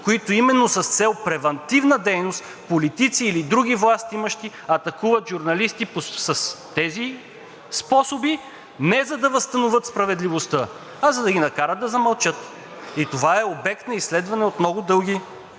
които именно с цел превантивна дейност – политици или други властимащи атакуват журналисти с тези способи не за да възстановят справедливостта, а за да ги накарат да замълчат. И това е обект на изследване от много дълги